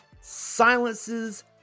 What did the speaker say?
silences